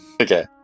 Okay